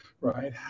right